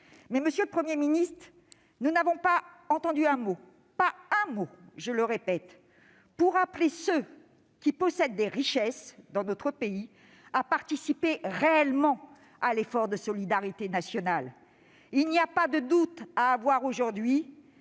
la pauvreté. Mais nous n'avons pas entendu un mot- pas un mot, j'insiste ! -pour appeler ceux qui possèdent les richesses dans notre pays à participer réellement à l'effort de solidarité nationale. Il n'y a pas de doute à avoir aujourd'hui